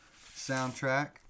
soundtrack